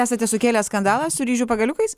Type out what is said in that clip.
esate sukėlęs skandalą su ryžių pagaliukais